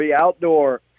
outdoor